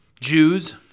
Jews